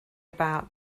about